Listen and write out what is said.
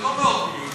זה לא מאות מיליונים.